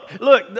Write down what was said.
look